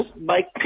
Mike